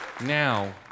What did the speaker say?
now